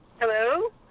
Hello